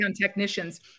technicians